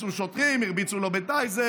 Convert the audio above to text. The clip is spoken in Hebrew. יצאו שוטרים, הרביצו לו בטייזר.